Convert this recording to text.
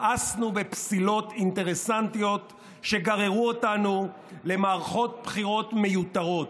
מאסנו בפסילות אינטרסנטיות שגררו אותנו למערכות בחירות מיותרות.